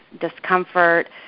discomfort